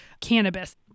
cannabis